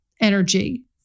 energy